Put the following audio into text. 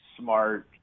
smart